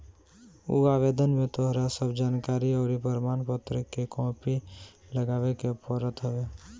उ आवेदन में तोहार सब जानकरी अउरी प्रमाण पत्र के कॉपी लगावे के पड़त हवे